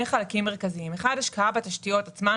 חלקים מרכזיים: 1) השקעה בתשתיות עצמן,